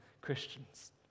Christians